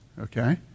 Okay